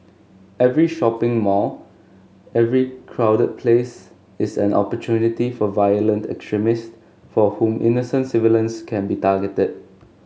every shopping mall every crowded place is an opportunity for violent extremists for whom innocent civilians can be targeted